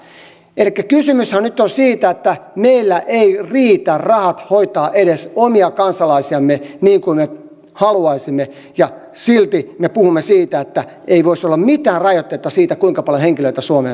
elikkä kysymyshän nyt on siitä että meillä ei riitä rahat hoitaa edes omia kansalaisiamme niin kuin me haluaisimme ja silti me puhumme siitä että ei voisi olla mitään rajoitteita siinä kuinka paljon henkilöitä suomeen saapuu